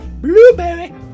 blueberry